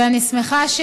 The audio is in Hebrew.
ואני שמחה,